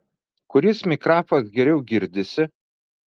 kuris mikrafas geriau girdisi